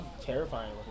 terrifying